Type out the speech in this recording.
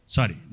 Sorry